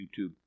YouTube